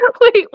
wait